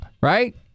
Right